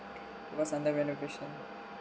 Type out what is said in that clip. it was under renovation